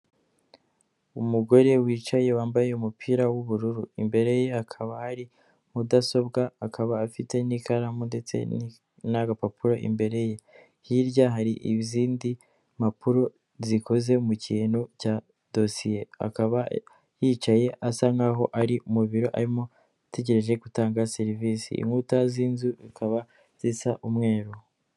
Umugore wicaye wambaye umupira w'ubururu imbere ye akaba hari mudasobwa akaba afite n'ikaramu ndetse n'agapapuro imbere hirya hari izindi mpapuro zikoze mu kintu cya dosiye akaba yicaye asa nkaho ari mu biro arimo ategereje gutanga serivisi inkuta z'inzu zikaba zisa umweru.